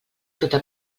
tota